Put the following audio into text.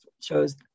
shows